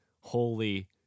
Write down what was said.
holy